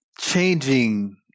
changing